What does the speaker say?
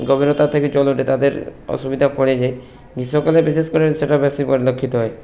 গভীরতা থেকে জল ওঠে তাদের অসুবিধা পড়ে যায় গ্রীষ্মকালে বিশেষ করে সেটা বেশি পরিলক্ষিত হয়